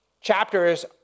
chapters